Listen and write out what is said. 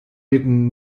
wirken